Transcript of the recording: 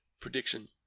prediction